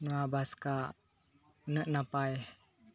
ᱱᱚᱣᱟ ᱵᱟᱥᱠᱟ ᱩᱱᱟᱹᱜ ᱱᱟᱯᱟᱭ